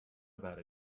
about